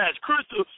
Crystal